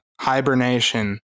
Hibernation